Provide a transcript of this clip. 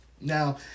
Now